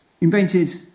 invented